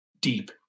deep